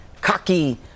cocky